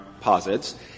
posits